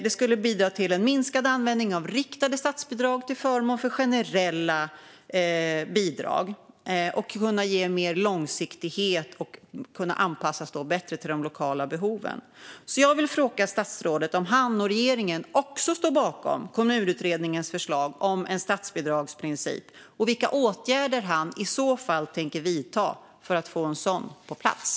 Det skulle bidra till en minskad användning av riktade statsbidrag till förmån för generella bidrag och kunna ge mer långsiktighet och bättre anpassning till de lokala behoven. Jag vill fråga statsrådet om han och regeringen också står bakom Kommunutredningens förslag om en statsbidragsprincip och vilka åtgärder han i så fall tänker vidta för att få en sådan på plats.